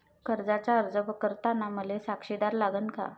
कर्जाचा अर्ज करताना मले साक्षीदार लागन का?